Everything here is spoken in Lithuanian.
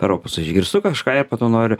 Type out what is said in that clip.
per opusą išgirstu kažką po to noriu